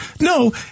No